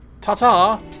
Ta-ta